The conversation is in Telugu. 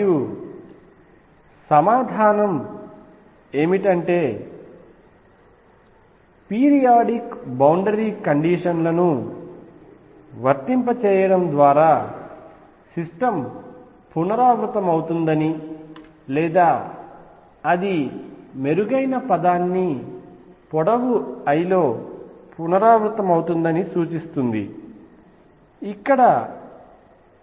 మరియు సమాధానం ఏమిటంటే పీరియాడిక్ బౌండరీ కండిషన్లను వర్తింపజేయడం ద్వారా సిస్టమ్ పునరావృతమవుతుందని లేదా అది మెరుగైన పదాన్ని పొడవు l లో పునరావృతమవుతుందని సూచిస్తుంది ఇక్కడ